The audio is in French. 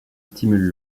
stimule